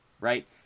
right